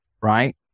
right